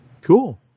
cool